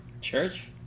church